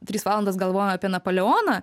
tris valandas galvojam apie napoleoną